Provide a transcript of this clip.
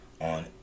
on